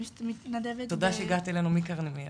תודה שהגעת אלינו מכרמיאל.